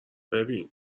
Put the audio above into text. ببین